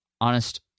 honest